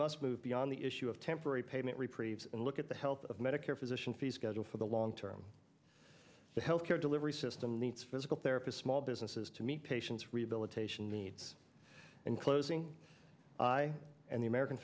must move beyond the issue of temporary payment reprieves and look at the health of medicare physician fee schedule for the long term the health care delivery system needs physical therapist small businesses to meet patients rehabilitation needs and closing and the american